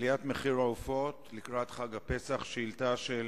עליית מחירי העופות לקראת חג הפסח, שאילתא של